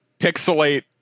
Pixelate